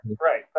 right